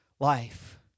life